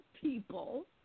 people